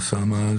אוסאמה,